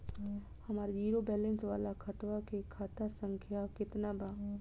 हमार zero balance वाला खतवा के खाता संख्या केतना बा?